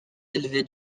élevé